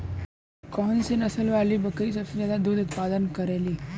कौन से नसल वाली बकरी सबसे ज्यादा दूध क उतपादन करेली?